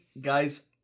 guys